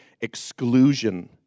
exclusion